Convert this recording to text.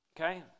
okay